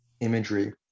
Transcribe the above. imagery